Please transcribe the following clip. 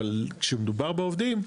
אבל כשמדובר בעובדים,